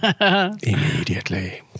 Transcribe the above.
immediately